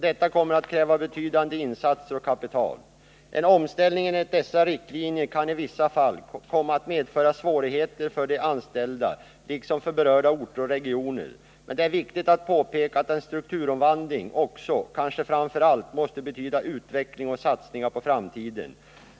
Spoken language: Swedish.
Detta kommer att kräva betydande insatser av kapital. En omställning enligt dessa riktlinjer kan i vissa fall komma att medföra svårigheter för de anställda liksom för berörda orter och regioner. Men det är viktigt att påpeka att en strukturomvandling också — och kanske framför allt — måste betyda utveckling och satsningar på framtiden.